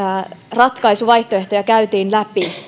ratkaisuvaihtoehtoja kävimme läpi